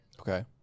Okay